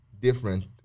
different